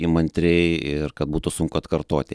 įmantriai ir kad būtų sunku atkartoti